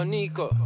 Nico